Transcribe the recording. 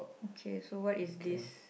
okay so what is this